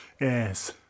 Yes